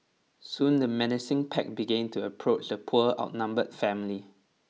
soon the menacing pack began to approach the poor outnumbered family